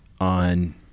on